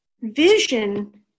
Vision